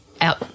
out